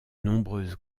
nombreuses